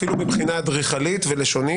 אפילו מבחינה אדריכלית ולשונית,